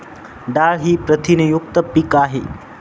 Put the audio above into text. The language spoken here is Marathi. डाळ ही प्रथिनयुक्त पीक आहे